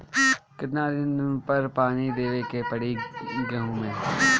कितना दिन पर पानी देवे के पड़ी गहु में?